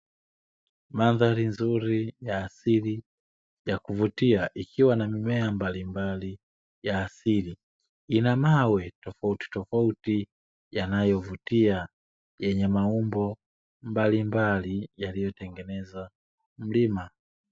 Mandhari nzuri ya asili ya kuvutia ikiwa na mimea mbalimbali ya asili ina mawe tofautitofauti yanayovutia, yenye maumbo mbalimbali yaliyotengeneza mlima.